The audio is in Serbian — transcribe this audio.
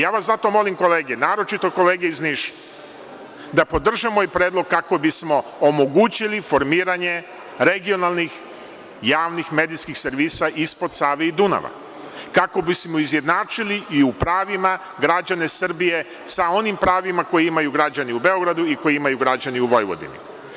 Ja vas zato molim kolege, naročito kolege iz Niša da podrže moj predlog kako bismo omogućili formiranje regionalnih javnih medijskih servisa ispod Save i Dunava, kako bi smo izjednačili i u pravima građane Srbije sa onim pravima koje imaju građani u Beogradu i koje imaju građani u Vojvodini.